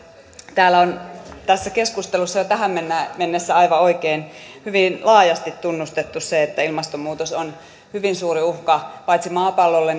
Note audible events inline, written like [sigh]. täällä on tässä keskustelussa jo tähän mennessä aivan oikein hyvin laajasti tunnustettu se että ilmastonmuutos on hyvin suuri uhka paitsi maapallolle [unintelligible]